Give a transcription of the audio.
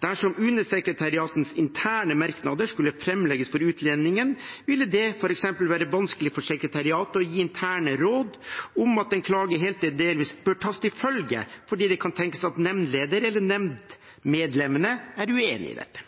Dersom UNE-sekretariatets interne merknader skulle framlegges for utlendingen, ville det f.eks. være vanskelig for sekretariatet å gi interne råd om at en klage helt eller delvis bør tas til følge, fordi det kan tenkes at nemndleder eller nemndmedlemmene er uenig i dette.